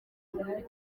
ibihumbi